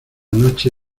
noche